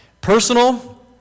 Personal